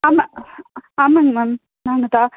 ஆமாம் ஆமாம்ங்க மேம் நாங்கள் தான்